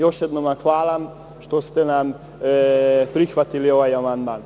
Još jednom, hvala što ste nam prihvatili ovaj amandman.